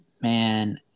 man